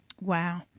Wow